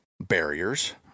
barriers